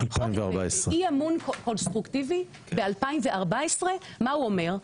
אי אמון קונסטרוקטיבי ב- 2014 מה הוא אומר?